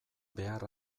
behar